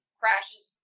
crashes